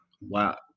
wow